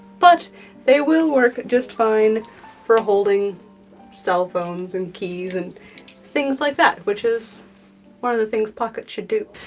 but they will work just fine for holding cellphones and keys and things like that, which is one of the things pockets should do.